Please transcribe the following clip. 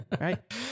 right